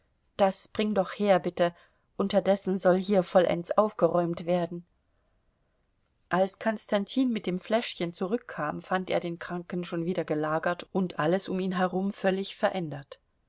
das bring doch her bitte unterdessen soll hier vollends aufgeräumt werden als konstantin mit dem fläschchen zurückkam fand er den kranken schon wieder gelagert und alles um ihn herum völlig verändert